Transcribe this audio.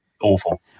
awful